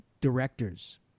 directors